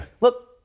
look